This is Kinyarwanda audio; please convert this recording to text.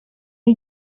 aho